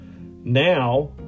Now